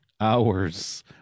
hours